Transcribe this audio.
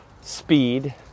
speed